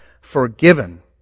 forgiven